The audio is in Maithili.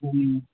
हूँ